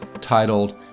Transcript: titled